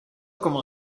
como